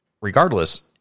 regardless